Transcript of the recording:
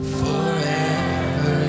forever